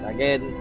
Again